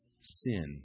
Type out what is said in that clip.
sin